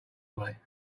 way